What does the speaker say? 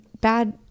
bad